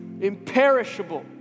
imperishable